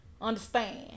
understand